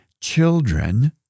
children